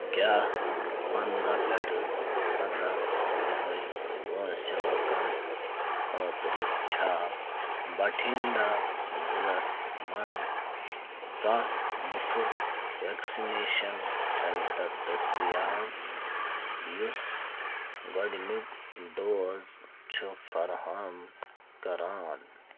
کیٛاہ پَنٛداہ پٮ۪ٹھٕ سَداہ ؤۂرۍ وٲنٛسہِ لُکَن خٲطرٕ چھےٚ بٹھِنٛڈا ضِلعس منٛز کانٛہہ مُفت وٮ۪کسِنیشَن سٮ۪نٛٹَر دٔستیاب یُس گۄڈٕنیُک ڈوز چھُ فراہم کران